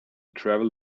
travel